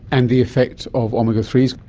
and the effect of omega threes?